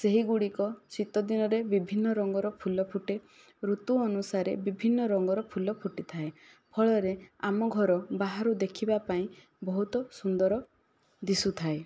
ସେହିଗୁଡ଼ିକ ଶୀତ ଦିନରେ ବିଭିନ୍ନ ରଙ୍ଗର ଫୁଲ ଫୁଟେ ଋତୁ ଅନୁସାରେ ବିଭିନ୍ନ ରଙ୍ଗର ଫୁଲ ଫୁଟିଥାଏ ଫଳରେ ଆମ ଘର ବାହାରୁ ଦେଖିବା ପାଇଁ ବହୁତ ସୁନ୍ଦର ଦିଶୁଥାଏ